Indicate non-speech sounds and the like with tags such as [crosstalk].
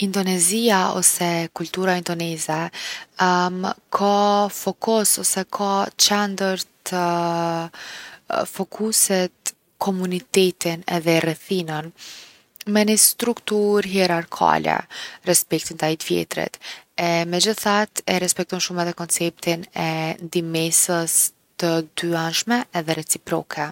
Indonezia ose kultura indoneze ka fokus ose ka qendër të [hesitation] fokusit komunitetin edhe rrethinën me ni strukturë hierarkale. Respekti ndaj t’vjetrit. E megjithatë e respektojnë shumë edhe konceptin e ndihmesës të dyanshme edhe reciproke.